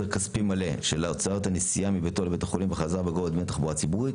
כספי מלא של הוצאות הנסיעה מביתו לביה"ח ובחזרה בגובה דמי תחבורה ציבורית.